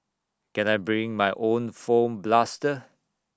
can I bring my own foam blaster